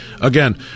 again